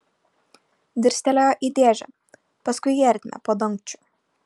dirstelėjo į dėžę paskui į ertmę po dangčiu